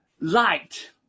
light